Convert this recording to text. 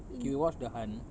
can we watch the hunt